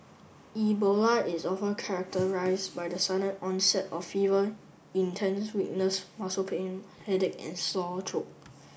Ebola is often characterized by the sudden onset of fever intense weakness muscle pain headache and sore throat